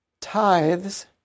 tithes